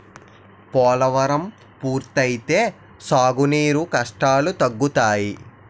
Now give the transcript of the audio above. పోలవరం పూర్తి అయితే సాగు నీరు కష్టాలు తగ్గుతాయి